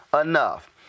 enough